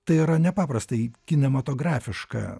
tai yra nepaprastai kinematografiška